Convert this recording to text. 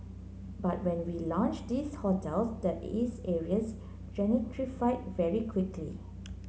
but when we launched these hotels the these areas gentrified very quickly